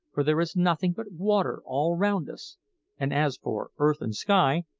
for there is nothing but water all round us and as for earth and sky,